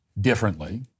differently